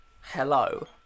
hello